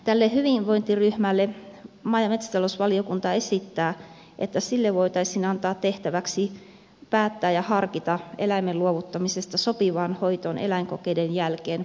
maa ja metsätalousvaliokunta esittää että tälle hyvinvointiryhmälle voitaisiin antaa tehtäväksi päättää ja harkita eläimen luovuttamisesta sopivaan hoitoon eläinkokeiden jälkeen